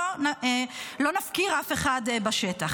לא נפקיר אף אחד בשטח.